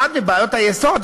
אחת מבעיות היסוד,